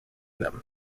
them